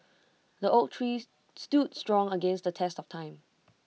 the oak tree stood strong against the test of time